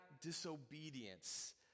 disobedience